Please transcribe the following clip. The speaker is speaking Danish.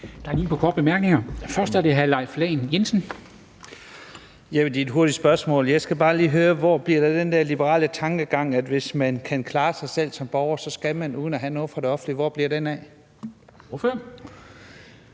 Der er lige et par korte bemærkninger. Først er det hr. Leif Lahn Jensen. Kl. 13:32 Leif Lahn Jensen (S): Det er et hurtigt spørgsmål. Jeg skal bare lige høre, hvad der bliver af den der liberale tankegang om, at hvis man kan klare sig selv som borger, så skal man det uden at have noget fra det offentlige. Hvor bliver den af? Kl.